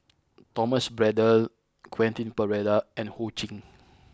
Thomas Braddell Quentin Pereira and Ho Ching